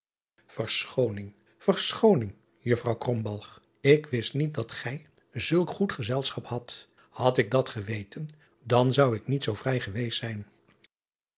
erschooning verschooning uffrouw ik wist niet dat gij zulk goed gezelschap had ad ik dat geweten dan zou ik niet zoo vrij geweest zijn